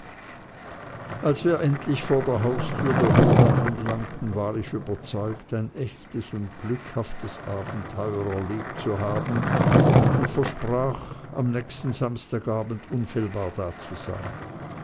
als wir endlich vor der haustüre der hulda anlangten war ich überzeugt ein echtes und glückhaftes abenteuer erlebt zu haben und versprach am nächsten samstagabend